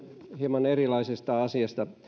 hieman erilaisesta asiasta